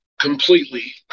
completely